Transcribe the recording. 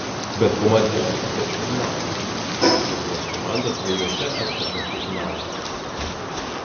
bet komandinių estafečių finalai lietuvos komanda dviejuose estafečių finaluose